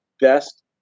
best